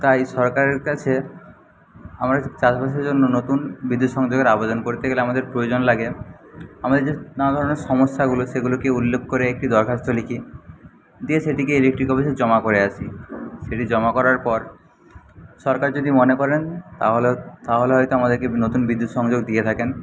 তাই সরকারের কাছে আমরা চাষবাসের জন্য নতুন বিদ্যুৎ সংযোগের আবেদন করতে গেলে আমাদের প্রয়োজন লাগে আমাদের যে নানাধরনের সমস্যাগুলো সেগুলোকে উল্লেখ করে একটি দরখাস্ত লিখি দিয়ে সেটিকে ইলেকট্রিক অফিসে জমা করে আসি সেটি জমা করার পর সরকার যদি মনে করেন তাহলে তাহলে হয়তো আমাদেরকে নতুন বিদ্যুৎ সংযোগ দিয়ে থাকেন